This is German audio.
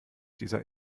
dieser